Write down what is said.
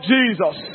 Jesus